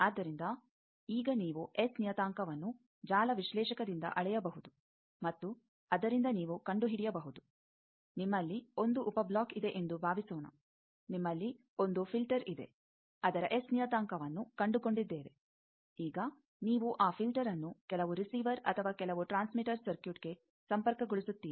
ಆದ್ದರಿಂದ ಈಗ ನೀವು ಎಸ್ ನಿಯತಾಂಕವನ್ನು ಜಾಲ ವಿಶ್ಲೇಷಕದಿಂದ ಅಳೆಯಬಹುದು ಮತ್ತು ಅದರಿಂದ ನೀವು ಕಂಡುಹಿಡಿಯಬಹುದು ನಿಮ್ಮಲ್ಲಿ 1 ಉಪ ಬ್ಲಾಕ್ ಇದೆ ಎಂದು ಭಾವಿಸೋಣ ನಿಮ್ಮಲ್ಲಿ ಒಂದು ಫಿಲ್ಟರ್ ಇದೆ ಅದರ ಎಸ್ ನಿಯತಾಂಕವನ್ನು ಕಂಡುಕೊಂಡಿದ್ದೇವೆ ಈಗ ನೀವು ಆ ಫಿಲ್ಟರ್ನ್ನು ಕೆಲವು ರಿಸಿವರ್ ಅಥವಾ ಕೆಲವು ಟ್ರಾನ್ಸ್ಮೀಟರ್ ಸರ್ಕ್ಯೂಟ್ಗೆ ಸಂಪರ್ಕಗೊಳಿಸುತ್ತೀರ